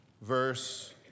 verse